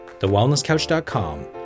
TheWellnessCouch.com